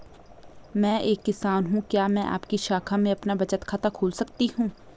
मैं एक किसान हूँ क्या मैं आपकी शाखा में अपना बचत खाता खोल सकती हूँ?